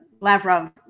Lavrov